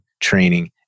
training